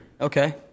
Okay